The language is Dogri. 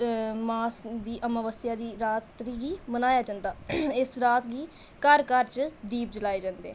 मास दी अमावस्या दी रात्रि गी मनाया जंदा इस रात गी घर घर दीप जलाये जंदे